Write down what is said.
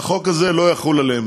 החוק הזה לא יחול עליהן.